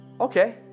Okay